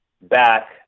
back